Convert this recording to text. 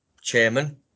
chairman